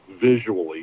visually